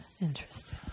Interesting